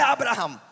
Abraham